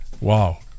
Wow